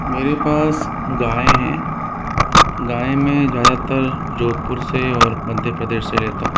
मेरे पास गाय है गाय मैं ज़्यादातर जोधपुर से और मध्य प्रदेश से लेता हूं